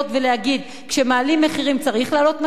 ולהגיד: כשמעלים מחירים צריך להעלות מחירים,